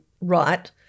Right